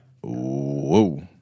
whoa